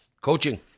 Coaching